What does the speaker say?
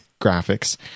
graphics